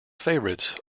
favourites